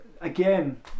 again